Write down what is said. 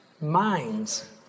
minds